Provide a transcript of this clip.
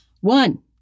one